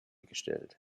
gestellt